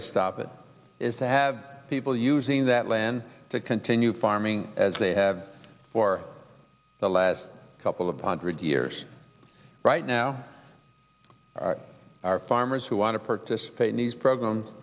to stop it is to have people using that land to continue farming as they have for the last couple of hundred years right now our farmers who want to participate in these programs